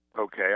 Okay